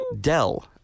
Dell